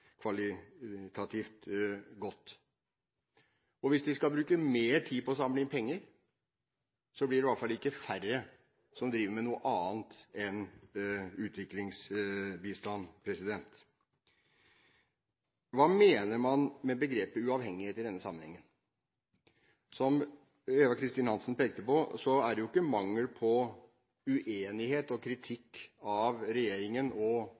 kvalitativt godt. Hvis de skal bruke mer tid på å samle inn penger, blir det i hvert fall ikke færre som driver med noe annet enn utviklingsbistand. Hva mener man med begrepet uavhengighet i denne sammenhengen? Som Eva Kristin Hansen pekte på, er det jo ikke mangel på uenighet og kritikk av regjeringen og